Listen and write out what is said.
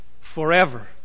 forever